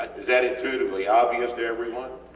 is that intuitively obvious to everyone?